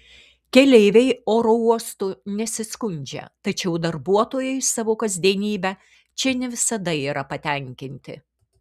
keleiviai oro uostu nesiskundžia tačiau darbuotojai savo kasdienybe čia ne visada yra patenkinti